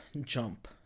jump